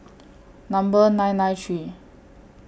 Number nine nine three